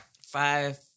Five